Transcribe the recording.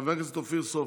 חבר הכנסת אופיר סופר,